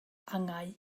angau